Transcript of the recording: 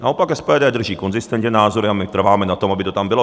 Naopak SPD drží konzistentně názory a my trváme na tom, aby to tam bylo.